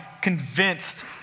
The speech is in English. convinced